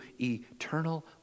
eternal